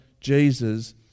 Jesus